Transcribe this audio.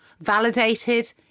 validated